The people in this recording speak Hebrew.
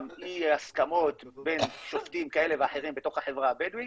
אי הסכמות בין שופטים כאלה ואחרים בתוך החברה הבדואית,